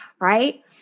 right